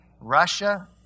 Russia